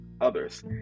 others